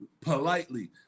politely